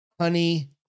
honey